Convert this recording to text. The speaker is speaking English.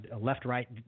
left-right